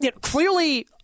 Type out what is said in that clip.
Clearly